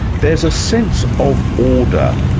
there's a sense of order,